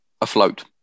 afloat